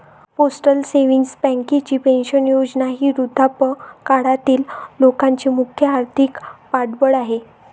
postal savings बँकेची pension योजना ही वृद्धापकाळातील लोकांचे मुख्य आर्थिक पाठबळ आहे